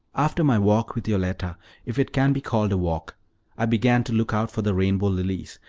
after my walk with yoletta if it can be called a walk i began to look out for the rainbow lilies,